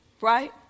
right